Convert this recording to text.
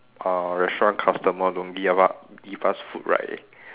uh restaurant customer don't give us what give us food right